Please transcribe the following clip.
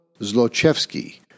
Zlochevsky